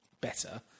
better